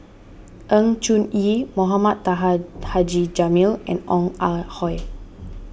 Sng Choon Yee Mohamed Taha Haji Jamil and Ong Ah Hoi